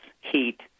heat